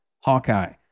Hawkeye